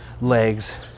legs